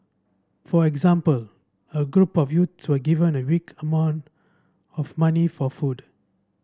for example a group of youths were given a week amount of money for food